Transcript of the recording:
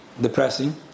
depressing